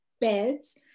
beds